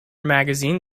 magazine